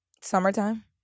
Summertime